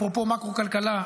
אפרופו מקרו-כלכלה,